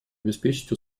обеспечить